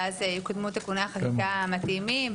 ואז יקודמו תיקוני החקיקה המתאימים.